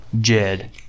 Jed